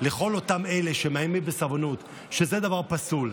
לכל אותם אלה שמאיימים בסרבנות שזה דבר פסול.